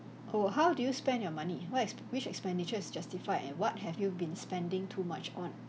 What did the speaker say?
oh how do you spend your money what exp~ which expenditure is justified and what have you been spending too much on